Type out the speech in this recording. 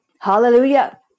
Hallelujah